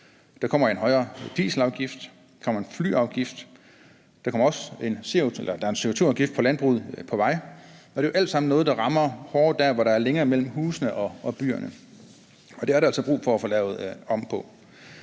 der kommer en højere dieselafgift, der kommer en flyafgift, og der er en CO2-afgift på landbruget på vej, og det er jo alt sammen noget, der rammer hårdere der, hvor der er længere mellem husene og byerne. Det er der altså brug for at få lavet om på.